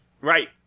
Right